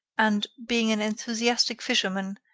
and, being an enthusiastic fisherman,